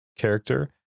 character